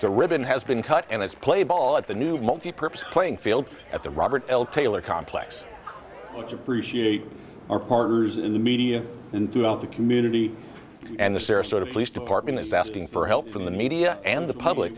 the ribbon has been cut and it's played ball at the new multipurpose playing field at the robert taylor complex which appreciate our partners in the media and throughout the community and the sarasota police department is asking for help from the media and the public